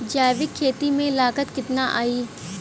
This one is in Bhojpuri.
जैविक खेती में लागत कितना आई?